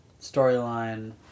storyline